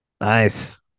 Nice